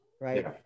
Right